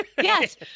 Yes